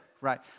right